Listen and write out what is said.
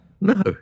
No